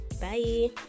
bye